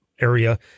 area